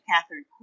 Catherine